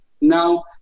now